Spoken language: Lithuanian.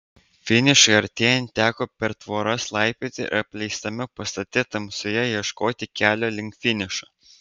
finišui artėjant teko per tvoras laipioti ir apleistame pastate tamsoje ieškoti kelio link finišo